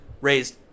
raised